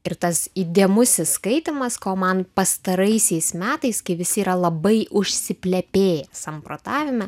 ir tas įdėmusis skaitymas ko man pastaraisiais metais kai visi yra labai užsiplepėję samprotavime